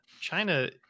China